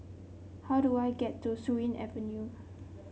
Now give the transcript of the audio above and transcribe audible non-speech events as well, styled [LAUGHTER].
how do I get to Surin Avenue [NOISE]